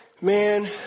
man